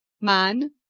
Man